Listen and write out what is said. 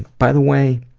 by the way,